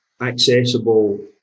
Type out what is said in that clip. accessible